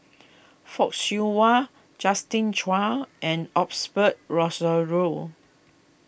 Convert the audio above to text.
Fock Siew Wah Justin Zhuang and Rozario